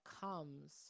comes